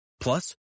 plus